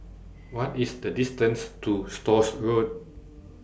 What IS The distance to Stores Road